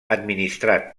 administrat